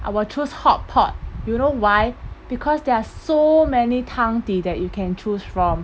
I will choose hotpot you know why because there are so many 汤底 that you can choose from